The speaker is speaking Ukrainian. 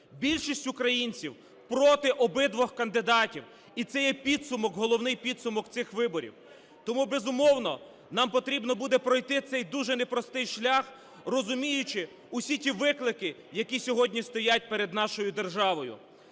Більшість українців проти обох кандидатів. І це є підсумок, головний підсумок цих виборів. Тому, безумовно, нам потрібно буде пройти цей дуже непростий шлях, розуміючи усі ті виклики, які сьогодні стоять перед нашою державою.